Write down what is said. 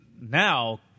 now